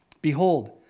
Behold